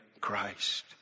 Christ